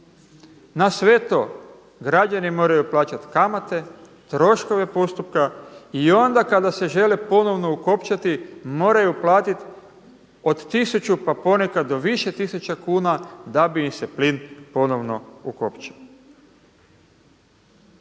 Na sve to građani moraju plaćati kamate, troškove postupka. I on da kada se žele ponovno ukopčati moraju platiti od 1000 pa ponekad do više tisuća kuna da bi im se plin ponovno ukopčao.